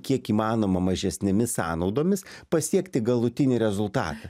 kiek įmanoma mažesnėmis sąnaudomis pasiekti galutinį rezultatą